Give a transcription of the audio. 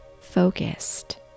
focused